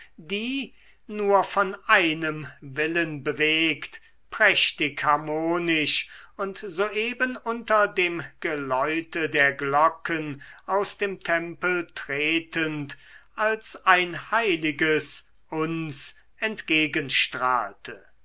die nur von einem willen bewegt prächtig harmonisch und soeben unter dem geläute der glocken aus dem tempel tretend als ein heiliges uns entgegenstrahlte